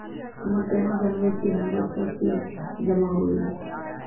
हम्मे केना जानबै कि हमरो सब बिल जमा होय गैलै?